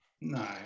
No